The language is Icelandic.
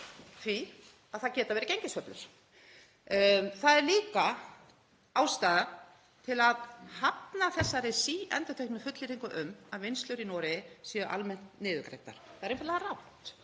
því að það geti verið gengissveiflur. Það er líka ástæða til að hafna þessari síendurteknu fullyrðingu um að vinnslur í Noregi séu almennt niðurgreiddar. Það er einfaldlega rangt.